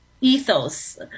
ethos